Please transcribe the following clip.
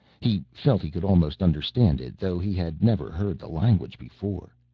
he felt he could almost understand it, though he had never heard the language before.